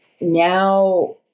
now